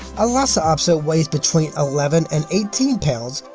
a lhasa apso weighs between eleven and eighteen pounds,